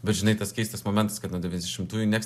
bet žinai tas keistas momentas kad nuo devyniasdešimtųjų nieks